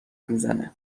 میزنه